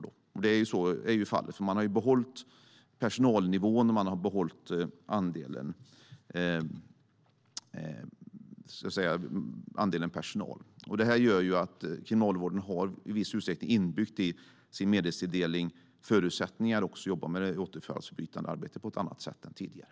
Detta är fallet, för man har behållit personalnivån och andelen personal. Det gör att Kriminalvården i sin medelstilldelning i viss utsträckning har förutsättningar att jobba med det återfallsförebyggande arbetet på ett annat sätt än tidigare.